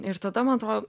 ir tada man atrodo